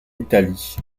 italie